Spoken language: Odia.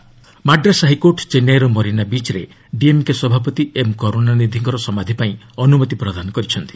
କର୍ନ୍ତୁଣାନିଧ୍ ମାଡ୍ରାସ୍ ହାଇକୋର୍ଟ ଚେନ୍ବାଇର ମରିନା ବିଚ୍ରେ ଡିଏମ୍କେ ସଭାପତି ଏମ୍ କରୁଣାନିଧିଙ୍କର ସମାଧି ପାଇଁ ଅନୁମତି ପ୍ରଦାନ କରିଛନ୍ତି